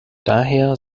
daher